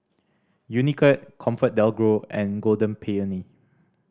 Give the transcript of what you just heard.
Unicurd ComfortDelGro and Golden Peony